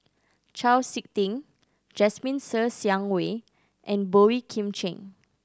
Chau Sik Ting Jasmine Ser Xiang Wei and Boey Kim Cheng